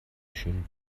schön